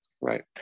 Right